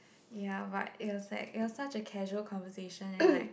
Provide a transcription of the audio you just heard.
ya but it was like it was such a casual conversation and like